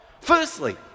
Firstly